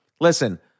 listen